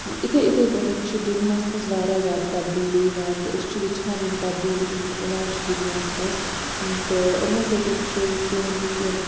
یِتھَے یِتھَے پٲٹھۍ چھِ دُنیاہَس منٛز واریاہ زِیادٕ تَبدیٖلی یِوان تہٕ أسۍ چھِ وُچھان یِم تَبدیٖلی یِم یِوان چھِ دُنیاہَس منٛز تہٕ یِمو سٟتۍ چھِ سون یُس یہِ